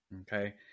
okay